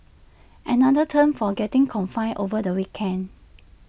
another term for getting confined over the weekend